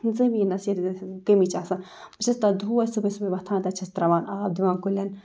زٔمیٖنَس ییٚتٮ۪تھ ییٚتٮ۪تھ کمی چھےٚ آسان بہٕ چھَس دۄہَے صُبحٲے صُبحٲے وۄتھان تَتھ چھَس ترٛاوان آب دِوان کُلٮ۪ن